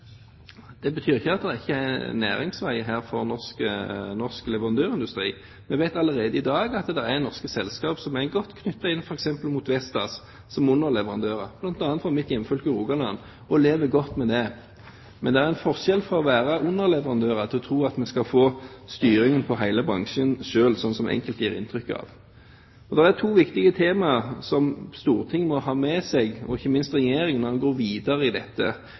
det betyr ikke at det ikke er næringsveier her for norsk leverandørindustri. Vi vet allerede i dag at det er norske selskap som er godt knyttet til f.eks. Vestas som underleverandører, bl.a. fra mitt hjemfylke, Rogaland, og lever godt med det. Men det er forskjell fra å være underleverandør til å tro at man skal få styring på hele bransjen selv, slik som enkelte gir inntrykk av. Det er to viktige tema som Stortinget må ha med seg, og ikke minst Regjeringen, når man går videre i dette.